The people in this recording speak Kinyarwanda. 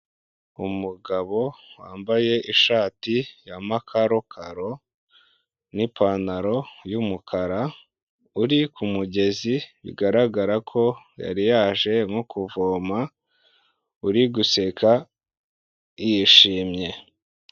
Umugabo wambaye ishati y'amakarokaro n'ipantaro y'umukara, uri ku mugezi bigaragara ko yari yaje nko kuvoma uri guseka yishimye.